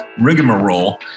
rigmarole